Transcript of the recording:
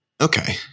okay